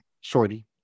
Shorty